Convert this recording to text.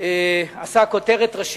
עשה כותרת ראשית.